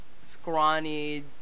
scrawny